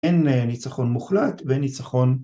‫אין ניצחון מוחלט וניצחון...